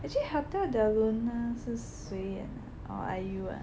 actually Hotel Del Luna 是谁来的 orh I U ah